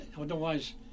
otherwise